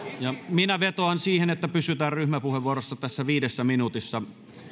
minä vetoan siihen että pysytään ryhmäpuheenvuoroissa tässä viidessä minuutissa